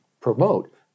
promote